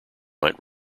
might